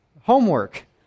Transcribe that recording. Homework